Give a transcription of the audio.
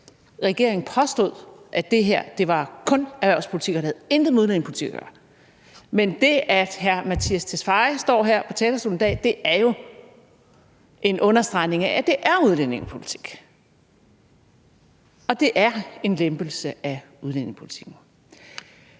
regeringen påstod, at det her kun var erhvervspolitik, og at det intet havde at gøre med udlændingepolitik. Men det, at hr. Mattias Tesfaye står her på talerstolen i dag, er jo en understregning af, at det er udlændingepolitik, og at det er en lempelse er udlændingepolitikken.